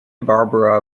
barbara